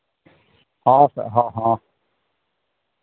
ᱟᱪᱪᱷᱟ ᱦᱮᱸ ᱦᱮᱸ